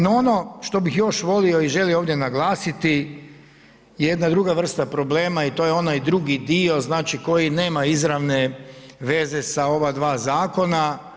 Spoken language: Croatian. No, ono što bih još volio i želio ovdje naglasiti je jedna druga vrsta problema i to je onaj drugi dio, znači koji nema izravne veze sa ova dva zakona.